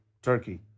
Turkey